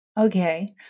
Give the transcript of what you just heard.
Okay